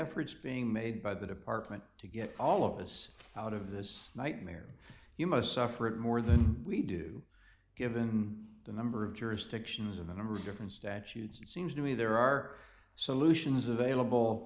efforts being made by the department to get all of us out of this nightmare you must suffer it more than we do given the number of jurisdictions and the number of different statutes seems to me there are so lucian's available